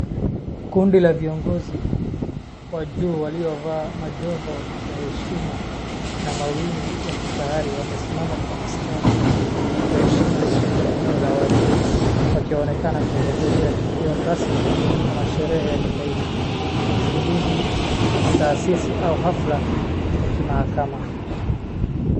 Kundi la viongozi wa juu waliovaa majoho ya heshima na mawingi ya kifahari wamesimama kwa msitari kwa heshima wakiwa katika eneo la waziri wakionekana kuhudhuria tukio rasmi kama sherehe ya kitaifa, uzinduzi wa taasisi au hafla ya kimahakama.